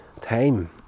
time